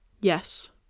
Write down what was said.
Yes